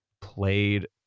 played